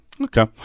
Okay